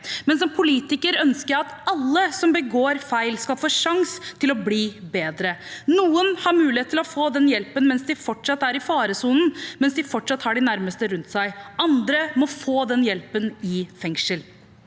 men som politiker ønsker jeg at alle som begår feil, skal få en sjanse til å bli bedre. Noen har mulighet til å få den hjelpen mens de fortsatt er i faresonen, mens de fortsatt har de nærmeste rundt seg. Andre må få den hjelpen i fengsel.